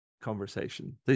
conversation